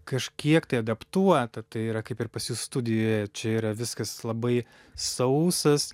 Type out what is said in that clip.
kažkiek tai adaptuota tai yra kaip ir pas jus studijoje čia yra viskas labai sausas